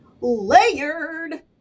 layered